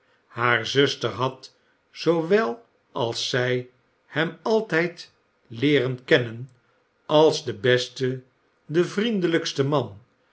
haar zuster had zoowel als zjj hem altyd leeren kennen als de beste de vriendelykste man